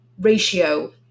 ratio